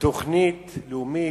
תוכנית לאומית,